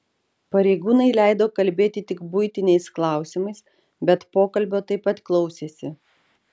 pareigūnai leido kalbėti tik buitiniais klausimais bet pokalbio taip pat klausėsi